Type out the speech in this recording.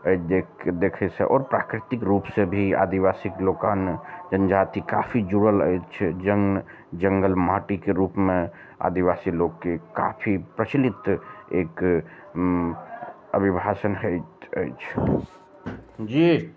अछि देख देखैसऽ आओर प्राकृतिक रूपसे भी आदिवासी लोकनि जनजाति काफी जुड़ल अछि जङ्ग जङ्गल माटिके रूपमे आदिवासी लोकके काफी प्रचलित एक अविभाषण होइत अछि जी